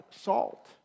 salt